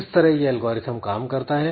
इस तरह यह एल्गोरिथ्म काम करता है